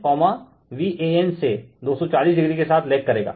Vcn Vanसे 240o के साथ लेग करेगा